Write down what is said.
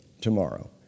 tomorrow